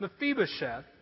Mephibosheth